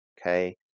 okay